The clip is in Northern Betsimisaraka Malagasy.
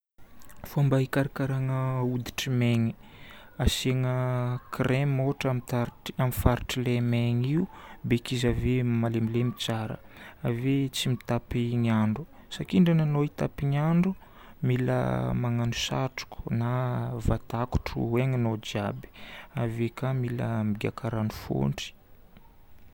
Fomba ikarakaragna hoditry maigny. Asiagna crème ohatra amin'ny faritr'ilay maigny io. Beky izy ave malemilemy tsara. Ave tsy mitapy ny andro. Sakindrana anao hitapy ny andro, mila magnano satroko na vatakotro eny anao jiaby. Ave ka mila migaka rano fontry.